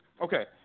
Okay